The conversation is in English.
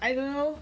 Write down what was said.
I don't know